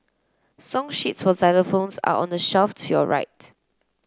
song sheets for xylophones are on the shelf to your right